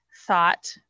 thought